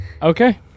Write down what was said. Okay